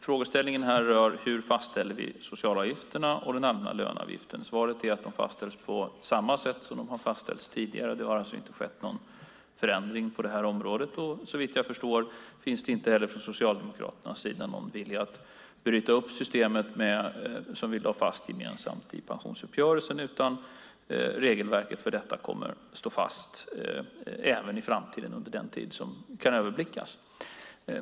Frågeställningen här rör hur vi fastställer socialavgifterna och den allmänna löneavgiften. Svaret är att de fastställs på samma sätt som de har fastställts tidigare. Det har alltså inte skett någon förändring på det området. Såvitt jag förstår finns det inte heller från Socialdemokraternas sida någon vilja att bryta upp systemet som vi lade fast gemensamt i pensionsuppgörelsen, utan regelverket för detta kommer att stå fast även i framtiden, under den tid som kan överblickas.